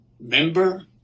member